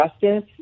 justice